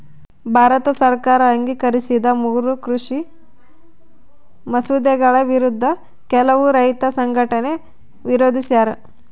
ಭಾರತ ಸರ್ಕಾರ ಅಂಗೀಕರಿಸಿದ ಮೂರೂ ಕೃಷಿ ಮಸೂದೆಗಳ ವಿರುದ್ಧ ಕೆಲವು ರೈತ ಸಂಘಟನೆ ವಿರೋಧಿಸ್ಯಾರ